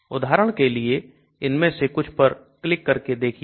उदाहरण के लिए इनमें से मुझे एक पर क्लिक करने दीजिए